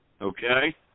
Okay